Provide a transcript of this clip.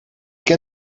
ken